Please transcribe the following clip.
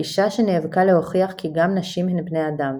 האישה שנאבקה להוכיח כי גם נשים הן בני אדם,